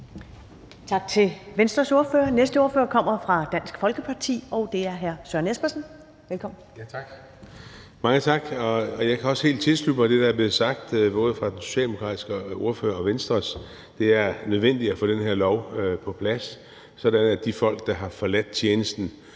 Tak til Venstres ordfører. Næste ordfører kommer fra Dansk Folkeparti, og det er hr. Søren Espersen. Velkommen. Kl. 10:04 (Ordfører) Søren Espersen (DF): Mange tak. Jeg kan også helt tilslutte mig det, der er blevet sagt, både det fra den socialdemokratiske ordfører og fra Venstres ordfører. Det er nødvendigt at få den her lov på plads, sådan at de folk, der har forladt tjenesten